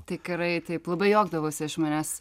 tikrai taip labai juokdavosi iš manęs